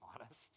honest